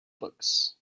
books